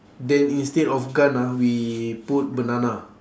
then instead of gun ah we put banana